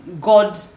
God